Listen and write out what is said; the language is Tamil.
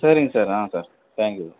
சரிங்க சார் ஆ சார் தேங்க் யூ சார்